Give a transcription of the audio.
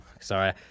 Sorry